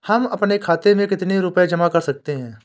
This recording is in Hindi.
हम अपने खाते में कितनी रूपए जमा कर सकते हैं?